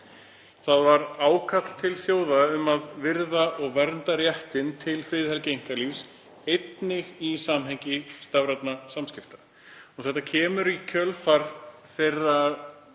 Það var ákall til þjóða um að virða og vernda réttinn til friðhelgi einkalífs, einnig í samhengi stafrænna samskipta. Þetta kemur í kjölfar þeirra